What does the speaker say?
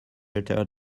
uttered